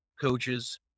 coaches